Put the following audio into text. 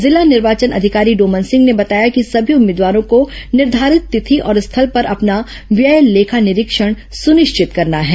जिला निर्वाचन अधिकारी डोमन सिंह ने बताया कि सभी उम्मीदवारों को निर्घारित तिथि और स्थल पर अपना व्यय लेखा निरीक्षण सुनिश्चित करना है